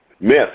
Myth